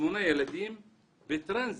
לשמונה ילדים בטרנזיט.